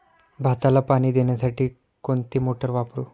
भाताला पाणी देण्यासाठी कोणती मोटार वापरू?